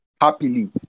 happily